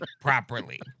properly